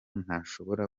ntashobora